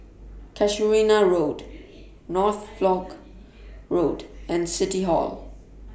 Casuarina Road Norfolk Road and City Hall